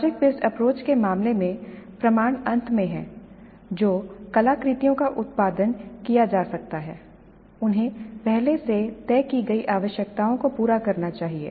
project based approach के मामले में प्रमाण अंत में है जो कलाकृतियों का उत्पादन किया जाता है उन्हें पहले से तय की गई आवश्यकताओं को पूरा करना चाहिए